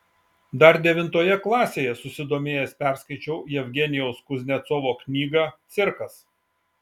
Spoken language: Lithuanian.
dar devintoje klasėje susidomėjęs perskaičiau jevgenijaus kuznecovo knygą cirkas